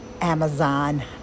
Amazon